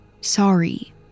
Sorry